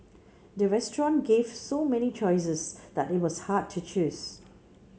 the restaurant gave so many choices that it was hard to choose